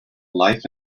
life